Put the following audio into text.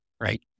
right